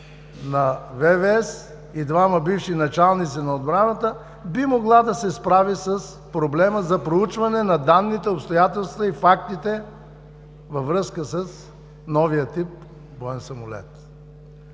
на ВВС, и двама бивши началници на Отбраната, би могла да се справи с проблема за проучване на данните, обстоятелствата и фактите във връзка с новия тип боен самолет.